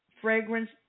fragrance